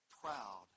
proud